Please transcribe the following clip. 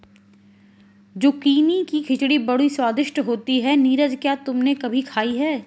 Zucchini की खिचड़ी बड़ी स्वादिष्ट होती है नीरज क्या तुमने कभी खाई है?